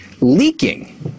leaking